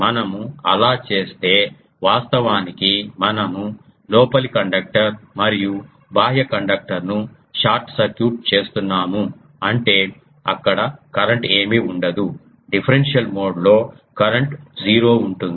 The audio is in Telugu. మనము అలా చేస్తే వాస్తవానికి మనము లోపలి కండక్టర్ మరియు బాహ్య కండక్టర్ను షార్ట్ సర్క్యూట్ చేస్తున్నాము అంటే అక్కడ కరెంట్ ఏమీ ఉండదు డిఫరెన్షియల్ మోడ్లో కరెంట్ 0 ఉంటుంది